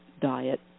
diet